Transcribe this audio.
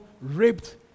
raped